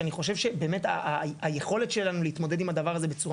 אני חושב שהיכולת שלנו להתמודד עם הדבר הזה בצורה